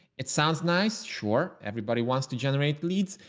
it sounds nice. sure, everybody wants to generate leads,